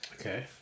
Okay